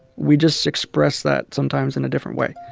we just express that sometimes in a different way.